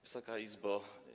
Wysoka Izbo!